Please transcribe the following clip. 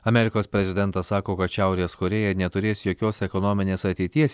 amerikos prezidentas sako kad šiaurės korėja neturės jokios ekonominės ateities jeigu